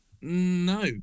no